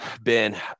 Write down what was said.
Ben